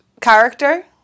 character